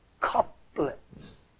couplets